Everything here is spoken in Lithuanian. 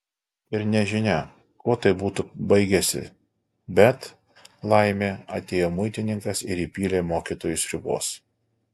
ir nežinia kuo tai būtų baigęsi bet laimė atėjo muitininkas ir įpylė mokytojui sriubos